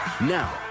Now